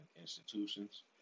institutions